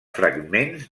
fragments